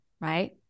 right